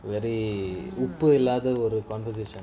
ஒருஉப்புஇல்லாதஒரு:oru uppu illatha oru with the conversation